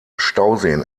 stauseen